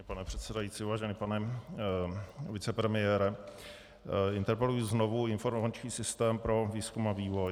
Vážený pane předsedající, vážený pane vicepremiére, interpeluji znovu informační systém pro výzkum a vývoj.